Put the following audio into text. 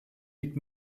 liegt